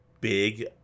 big